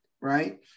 right